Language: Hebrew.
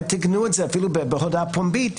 אולי תתקנו את זה אפילו בהודעה פומבית,